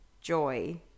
Joy